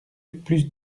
plus